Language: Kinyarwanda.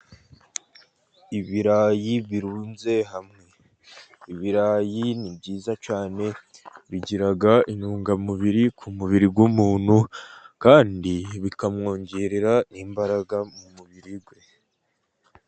Ibirayi birunze hamwe. Ibirayi ni byiza cyane bigira intungamubiri ku mubiri w'umuntu, kandi bikamwongerera imbaraga mu mubiri we.